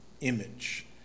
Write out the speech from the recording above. image